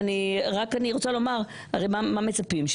מה מצפים?